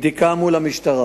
רצוני לשאול: